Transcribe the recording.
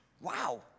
wow